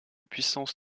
puissance